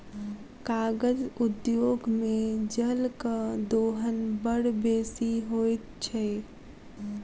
कागज उद्योग मे जलक दोहन बड़ बेसी होइत छै